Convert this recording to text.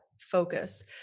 focus